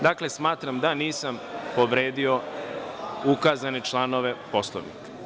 Dakle, smatram da nisam povredio ukazane članove Poslovnika.